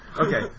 Okay